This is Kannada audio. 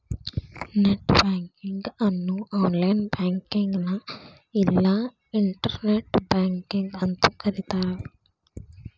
ನೆಟ್ ಬ್ಯಾಂಕಿಂಗ್ ಅನ್ನು ಆನ್ಲೈನ್ ಬ್ಯಾಂಕಿಂಗ್ನ ಇಲ್ಲಾ ಇಂಟರ್ನೆಟ್ ಬ್ಯಾಂಕಿಂಗ್ ಅಂತೂ ಕರಿತಾರ